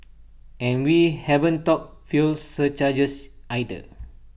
and we haven't talked fuel surcharges either